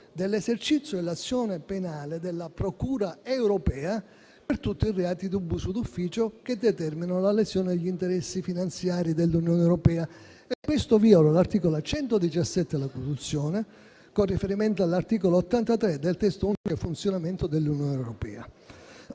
dell'esercizio dell'azione penale da parte della procura europea per tutti i reati d'abuso d'ufficio che determinano una lesione degli interessi finanziari dell'Unione europea. Questo viola l'articolo 117 della Costituzione, con riferimento all'articolo 83 del testo unico del funzionamento dell'Unione europea.